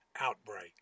Outbreak